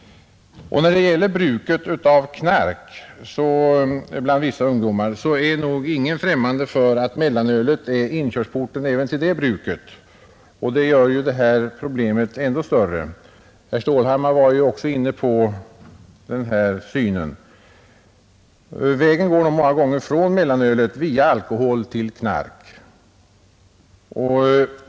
Beträffande bruket av knark bland vissa ungdomar är nog ingen främmande för att mellanölet är inkörsporten även till det, och det gör problemet ännu större. Herr Stålhammar tog också upp den aspekten. Vägen går många gånger från mellanöl via alkohol till knark.